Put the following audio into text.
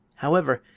however,